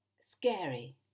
scary